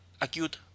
acute